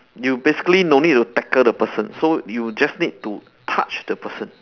you basically no need to tackle the person so you just need to touch the person